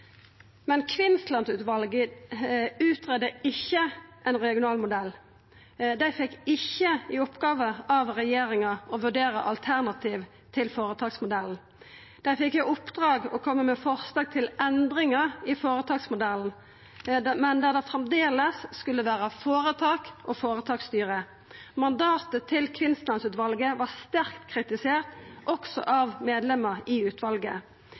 Men Kvinnsland-utvalet greidde ikkje ut ein regional modell. Dei fekk ikkje i oppgåve av regjeringa å vurdera alternativ til føretaksmodellen. Dei fekk i oppdrag å koma med forslag til endringar i føretaksmodellen, men der det framleis skulle vera føretak og føretaksstyre. Mandatet til Kvinnsland-utvalet var sterkt kritisert, også av medlemar i utvalet.